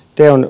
teon